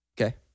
Okay